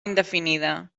indefinida